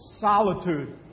solitude